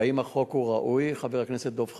האם החוק הוא ראוי, חבר הכנסת דב חנין?